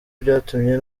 byatumye